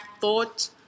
thought